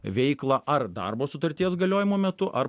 veiklą ar darbo sutarties galiojimo metu ar